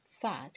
fat